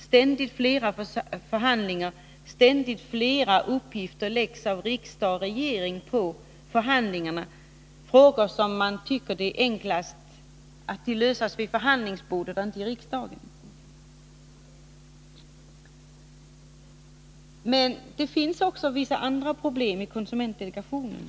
Ständigt fler förhandlingar, ständigt fler uppgifter läggs av riksdag och regering på förhandlarna — frågor som man tycker det är enklast att få lösta vid förhandlingsbordet och inte i riksdagen. Det finns också vissa andra problem i konsumentdelegationen.